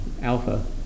alpha